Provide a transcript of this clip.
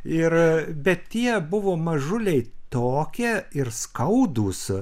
ir bet tie buvo mažuliai tokie ir skaudūs